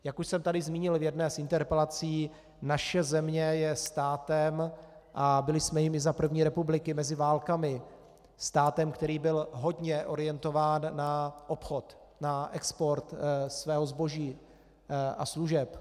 Jak už jsem tady zmínil v jedné z interpelací, naše země je státem a byli jsme jím i za první republiky mezi válkami, státem, který byl hodně orientován na obchod, na export svého zboží a služeb.